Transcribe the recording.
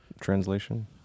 translation